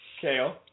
Kale